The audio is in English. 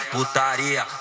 Putaria